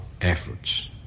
efforts